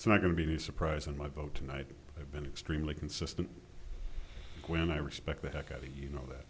it's not going to be a surprise on my vote tonight i've been extremely consistent when i respect the heck of it you know that